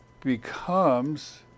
becomes